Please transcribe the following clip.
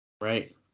Right